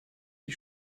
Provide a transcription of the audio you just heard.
die